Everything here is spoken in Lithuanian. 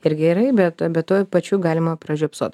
ir gerai bet bet tuo pačiu galima pražiopsot